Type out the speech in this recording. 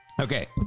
Okay